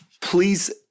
please